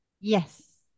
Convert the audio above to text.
Yes